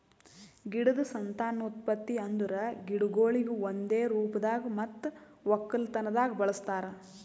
ಗಿಡದ್ ಸಂತಾನೋತ್ಪತ್ತಿ ಅಂದುರ್ ಗಿಡಗೊಳಿಗ್ ಒಂದೆ ರೂಪದಾಗ್ ಮತ್ತ ಒಕ್ಕಲತನದಾಗ್ ಬಳಸ್ತಾರ್